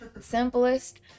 simplest